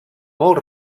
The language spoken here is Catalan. molt